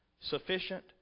Sufficient